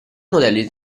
modelli